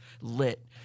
lit